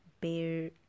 bear